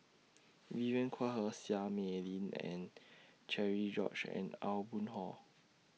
Vivien Quahe Seah Mei Lin and Cherian George and Aw Boon Haw